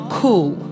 cool